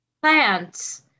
Plants